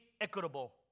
equitable